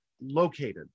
located